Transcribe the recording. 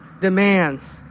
demands